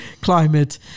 climate